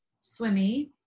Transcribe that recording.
swimmy